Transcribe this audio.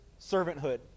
servanthood